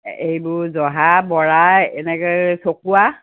এইবোৰ জহা বৰা এনেকৈ চকুৱা